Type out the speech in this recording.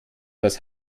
das